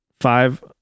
Five